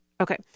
Okay